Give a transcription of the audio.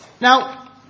Now